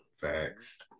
Facts